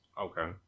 Okay